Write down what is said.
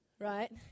right